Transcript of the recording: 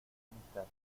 amistad